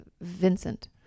Vincent